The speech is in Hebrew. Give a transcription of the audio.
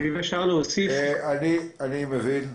אני מבין.